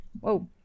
whoa